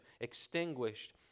extinguished